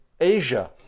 Asia